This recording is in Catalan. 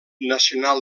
nacional